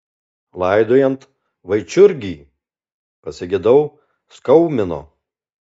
laidojant vaičiurgį pasigedau skaumino